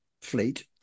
fleet